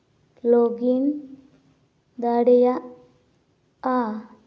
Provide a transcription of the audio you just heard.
login ᱫᱟᱲᱮᱭᱟᱜᱼᱟ